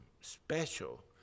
special